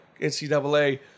NCAA